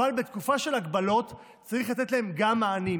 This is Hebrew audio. אבל בתקופה של הגבלות צריך לתת להם גם מענים,